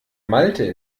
malte